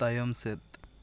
ᱛᱟᱭᱚᱢ ᱥᱮᱫ